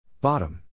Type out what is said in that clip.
Bottom